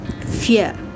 Fear